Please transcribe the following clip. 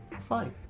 Fine